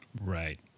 Right